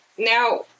Now